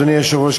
אדוני היושב-ראש,